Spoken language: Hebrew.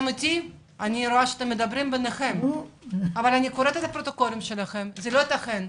אני קוראת את הפרוטוקולים שלכם וזה לא ייתכן.